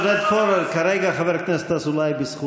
אז בוא